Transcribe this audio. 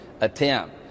attempt